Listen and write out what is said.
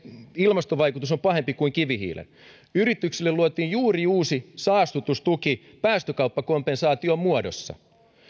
ilmastovaikutus on pahempi kuin kivihiilen yrityksille luotiin juuri uusi saastutustuki päästökauppakompensaation muodossa